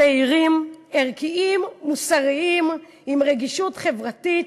צעירים, ערכיים, מוסריים, עם רגישות חברתית,